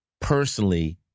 personally